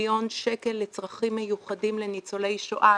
מיליון שקל לצרכים מיוחדים לניצולי שואה,